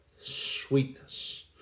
sweetness